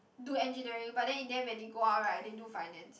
do engineering but then in the end when they go out right they do finance